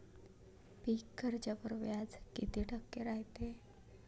पीक कर्जावर व्याज किती टक्के रायते?